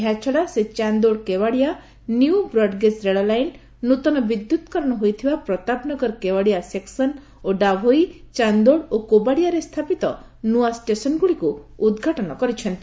ଏହାଛଡ଼ା ସେ Chandod Kevadia new broad gauge ରେଳ ଲାଇନ୍ ନୂତନ ବିଦ୍ୟୁତକରଣ ହୋଇଥିବା ପ୍ରତାପ ନଗର କେବାଡ଼ିଆ ସେକ୍ସନ୍ ଓ ଡାଭୋଇ ଚାନ୍ଦୋଡ୍ ଓ କେବାଡ଼ିଆରେ ସ୍ଥାପିତ ନୂଆ ଷ୍ଟେସନ୍ଗୁଡ଼ିକୁ ମଧ୍ୟ ଉଦ୍ଘାଟନ କରିଛନ୍ତି